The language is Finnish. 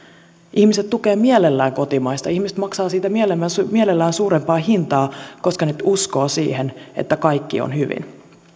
ihmiset tukevat mielellään kotimaista ihmiset maksavat siitä mielellään suurempaa hintaa koska he uskovat siihen että kaikki on hyvin